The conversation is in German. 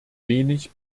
wenig